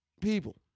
people